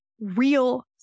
real